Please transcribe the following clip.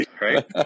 right